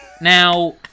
Now